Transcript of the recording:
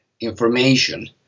information